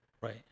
Right